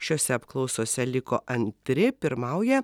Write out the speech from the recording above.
šiose apklausose liko antri pirmauja